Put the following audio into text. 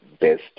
best